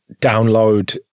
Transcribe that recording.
download